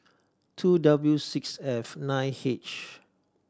two W six F nine H